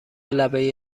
لبه